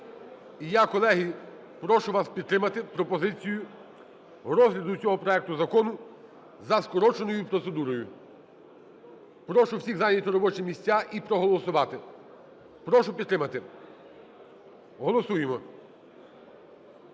І я, колеги, прошу вас підтримати пропозицію розгляду цього проекту закону за скороченою процедурою. Прошу всіх зайняти робочі місця і проголосувати. Прошу підтримати. Голосуємо!